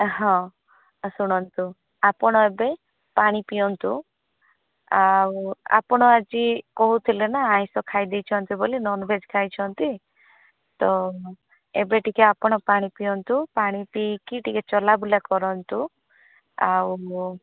ହଁ ଶୁଣନ୍ତୁ ଆପଣ ଏବେ ପାଣି ପିଅନ୍ତୁ ଆଉ ଆପଣ ଆଜି କହୁଥିଲେ ନା ଆଇଁଷ ଖାଇଦେଇଛନ୍ତି ବୋଲି ନନଭେଜ୍ ଖାଇଛନ୍ତି ତ ଏବେ ଟିକେ ଆପଣ ପାଣି ପିଅନ୍ତୁ ପାଣି ପିଇକି ଟିକେ ଚଲାବୁଲା କରନ୍ତୁ ଆଉ